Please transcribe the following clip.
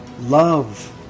Love